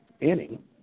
inning